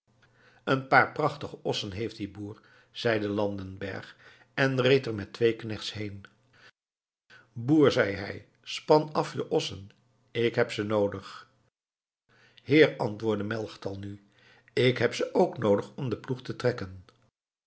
een paar prachtige ossen heeft die boer zeide landenberg en reed er met twee knechts heen boer zeî hij span af je ossen ik heb ze noodig heer antwoordde melchtal nu ik heb ze ook noodig om den ploeg te trekken